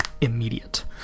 immediate